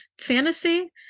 fantasy